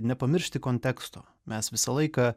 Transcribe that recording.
nepamiršti konteksto mes visą laiką